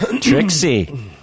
Trixie